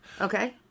Okay